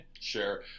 Sure